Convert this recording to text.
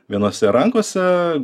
vienose rankose